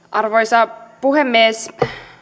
arvoisa puhemies